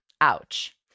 Ouch